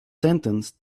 sentence